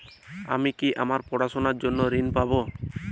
আমি কি আমার পড়াশোনার জন্য ঋণ পাব?